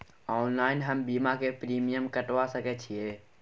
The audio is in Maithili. ऑनलाइन हम बीमा के प्रीमियम कटवा सके छिए?